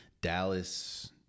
Dallas